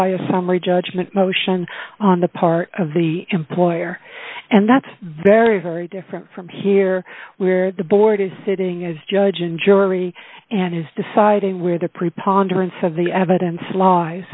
by a summary judgment motion on the part of the employer and that's very very different from here where the board is sitting as judge and jury and is deciding where the preponderance of the evidence lies